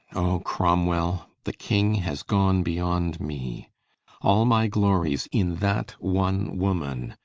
o cromwell, the king ha's gone beyond me all my glories in that one woman,